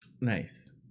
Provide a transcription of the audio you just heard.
Nice